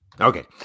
Okay